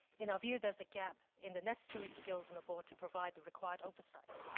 in our view there's a gap in the necessary skills in the board to provide the required oversight.